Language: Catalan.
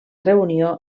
reunió